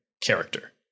character